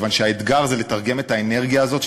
כיוון שהאתגר זה לתרגם את האנרגיה הזאת,